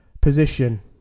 position